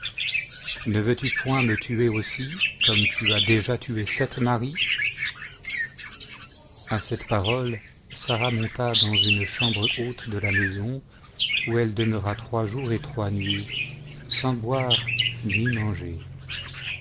ne veux-tu point me tuer aussi comme tu as déjà tué sept maris a cette parole sara monta dans une chambre haute de la maison où elle demeura trois jours et trois nuits sans boire ni manger